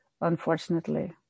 Unfortunately